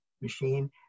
machine